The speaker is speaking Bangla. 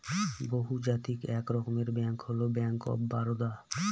বহুজাতিক এক রকমের ব্যাঙ্ক হল ব্যাঙ্ক অফ বারদা